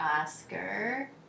Oscar